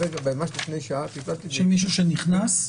ממש לפני שעה טיפלתי ב --- במישהו שנכנס?